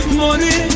money